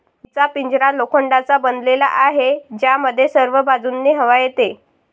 जीचा पिंजरा लोखंडाचा बनलेला आहे, ज्यामध्ये सर्व बाजूंनी हवा येते